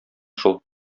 шул